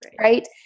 Right